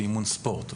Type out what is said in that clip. באימון ספורט".